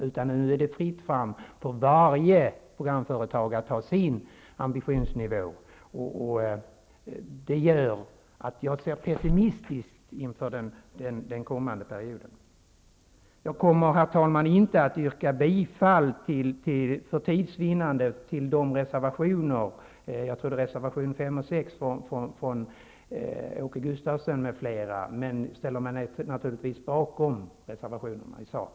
Det är fritt fram för varje programföretag att ha sin ambitionsnivå. Detta gör att jag ser pessimistiskt på den kommande perioden. För tids vinnande kommer jag, herr talman, inte att yrka bifall till reservationerna 5 och 6 från Åke Gustavsson m.fl., men ställer mig naturligtvis bakom reservationerna i sak.